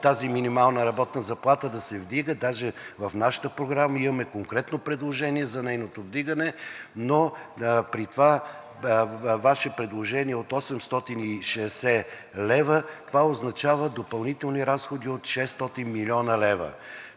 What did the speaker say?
тази минимална работна заплата да се вдигне, даже в нашата програма имаме конкретно предложение за нейното вдигане, но при това Ваше предложение от 860 лв. това означава допълнителни разходи от 600 млн. лв.